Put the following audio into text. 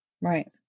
right